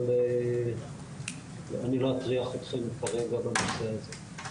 אבל אני לא אטריח אתכם כרגע בנושא הזה.